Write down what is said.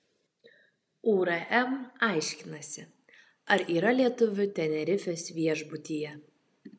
urm aiškinasi ar yra lietuvių tenerifės viešbutyje